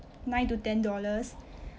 nine to ten dollars